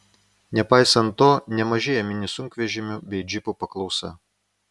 nepaisant to nemažėja mini sunkvežimių bei džipų paklausa